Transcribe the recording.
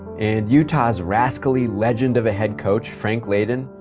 and utah's rascally legend of a head coach, frank layden,